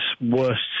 worst